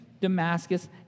Damascus